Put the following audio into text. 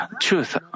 truth